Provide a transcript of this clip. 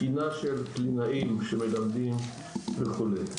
תקינה של קלינאים שמלמדים וכולי.